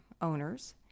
owners